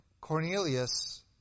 Cornelius